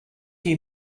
you